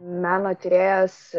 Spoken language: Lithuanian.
meno tyrėjas